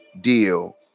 deal